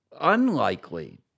unlikely